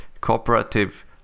cooperative